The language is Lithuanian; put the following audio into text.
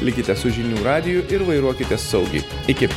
likite su žinių radiju ir vairuokite saugiai iki